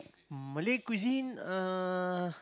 Malay cuisine uh